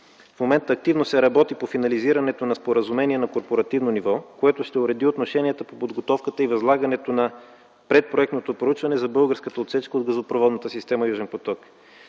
В момента активно се работи по финализирането на споразумение на корпоративно ниво, което ще уреди отношенията по подготовката и възлагането на предпроектното проучване за българската отсечка от газопроводната система „Южен поток”.